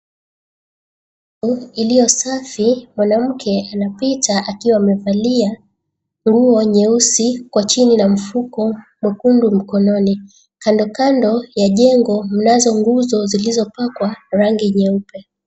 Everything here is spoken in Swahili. ...Iliyosafi mwanamke anapita akiwa amevalia nguo nyeusi kwa chini na mfuko mwekundu mkononi, kandokando ya jengo mnazo nguzo zilizopakwa rangi nyeupe.